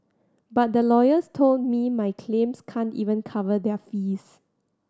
but the lawyers told me my claims can't even cover their fees